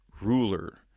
ruler